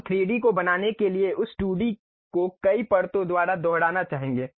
हम 3D को बनाने के लिए उस 2D को कई परतों द्वारा दोहराना चाहेंगे